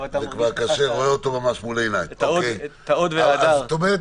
את ההוד וההדר.